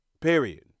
Period